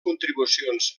contribucions